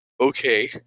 okay